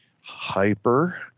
Hyper